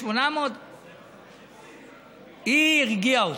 800,000. היא הרגיעה אותי.